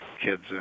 kids